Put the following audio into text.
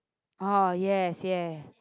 oh yes ya